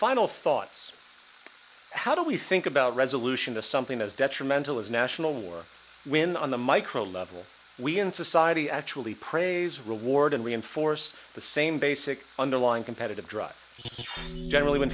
final thoughts how do we think about resolution to something as detrimental as national war when on the micro level we in society actually praise reward and reinforce the same basic underlying competitive drive generally when